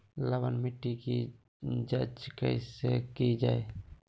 लवन मिट्टी की जच कैसे की जय है?